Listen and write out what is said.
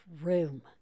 room